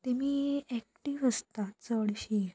तेमी एक्टीव आसता चडशीं